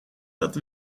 dat